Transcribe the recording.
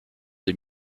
des